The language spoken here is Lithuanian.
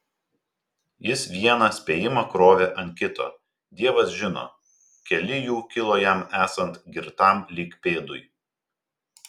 jis vieną spėjimą krovė ant kito dievas žino keli jų kilo jam esant girtam lyg pėdui